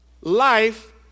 life